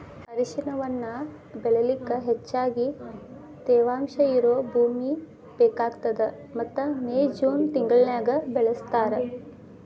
ಅರಿಶಿಣವನ್ನ ಬೆಳಿಲಿಕ ಹೆಚ್ಚಗಿ ತೇವಾಂಶ ಇರೋ ಭೂಮಿ ಬೇಕಾಗತದ ಮತ್ತ ಮೇ, ಜೂನ್ ತಿಂಗಳನ್ಯಾಗ ಬೆಳಿಸ್ತಾರ